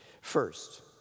First